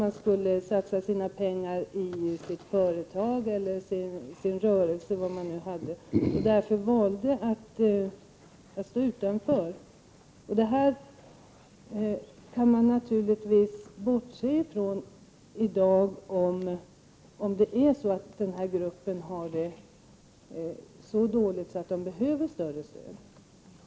De skulle satsa sina pengar i sitt företag eller sin rörelse. Därför valde de att stå utanför ATP-systemet. Det här kan man i dag naturligtvis bortse från om den här gruppen har det så dåligt att den behöver mer stöd.